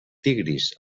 tigris